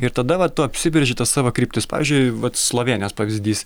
ir tada vat tu apsibrėži savo kryptis pavyzdžiui vat slovėnijos pavyzdys